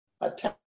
attack